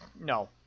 No